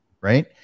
right